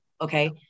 Okay